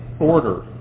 Order